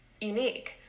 Unique